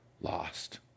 lost